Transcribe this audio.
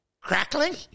crackling